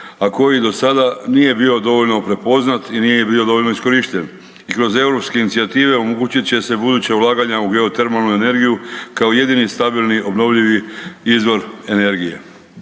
a koji do sada nije bio dovoljno prepoznat i nije bio dovoljno iskorišten i kroz europske inicijative omogućit će se buduća ulaganja u geotermalnu energiju kao jedni stabilni obnovljivi izvor energije.